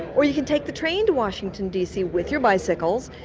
or you can take the train to washington, dc, with your bicycles,